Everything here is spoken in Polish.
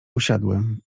usiadłem